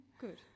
good